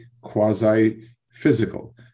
quasi-physical